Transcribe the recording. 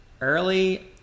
early